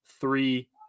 three